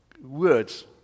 words